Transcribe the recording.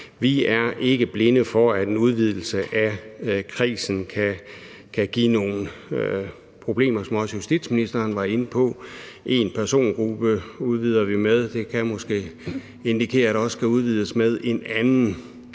Vi er ikke blinde for, at en udvidelse af kredsen kan give nogle problemer, som også justitsministeren var inde på. Én persongruppe udvider vi med. Det kan måske indikere, at der også skal udvides med en anden.